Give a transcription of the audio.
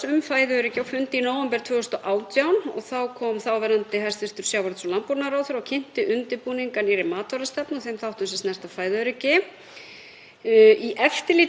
Í eftirlitsskýrslu þjóðaröryggisráðs sem gefin var út um tímabilið 2019–2020 kemur fram að það liggi fyrir undirbúningur að gerð